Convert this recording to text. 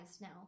now